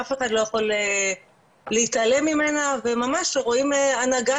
שאף אחד לא יכול להתעלם ממנה וממש רואים הנהגה